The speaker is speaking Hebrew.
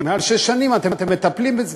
מעל שש שנים אתם מטפלים בזה,